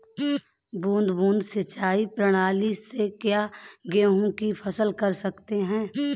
बूंद बूंद सिंचाई प्रणाली से क्या गेहूँ की फसल कर सकते हैं?